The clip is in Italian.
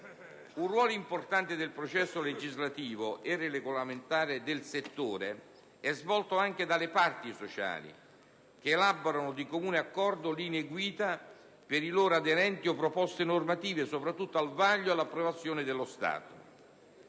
Un ruolo importante nel processo legislativo e regolamentare del settore è svolto anche delle parti sociali, che elaborano di comune accordo linee guida per i loro aderenti o proposte normative, sottoposte al vaglio e all'approvazione dello Stato.